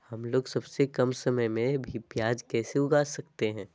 हमलोग सबसे कम समय में भी प्याज कैसे उगा सकते हैं?